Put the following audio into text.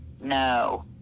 no